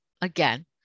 Again